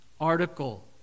article